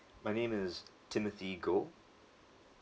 my name is timothy goh